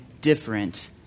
different